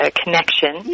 connection